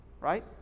Right